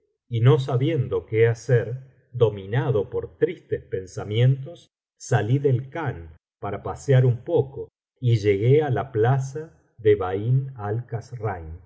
y no sabiondo qué hacer dominado por tristes pensamientos salí del khan para pasear un poco y llegué á la plaza de bain